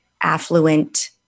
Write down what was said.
affluent